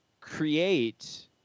create